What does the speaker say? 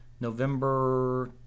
November